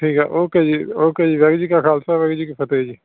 ਠੀਕ ਆ ਓਕੇ ਜੀ ਓਕੇ ਜੀ ਵਾਹਿਗੁਰੂ ਜੀ ਕਾ ਖਾਲਸਾ ਵਾਹਿਗੁਰੂ ਜੀ ਕੀ ਫਤਿਹ ਜੀ